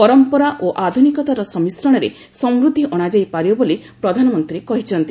ପରମ୍ପରା ଓ ଆଧୁନିକତାର ସମିଶ୍ରଣରେ ସମୃଦ୍ଧି ଅଣାଯାଇ ପାରିବ ବୋଲି ପ୍ରଧାନମନ୍ତ୍ରୀ କହିଛନ୍ତି